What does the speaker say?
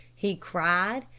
he cried.